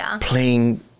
Playing